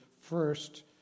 first